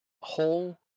whole